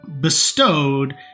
bestowed